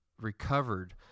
recovered